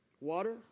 water